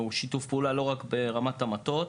זה שיתוף פעולה לא רק ברמת המטות,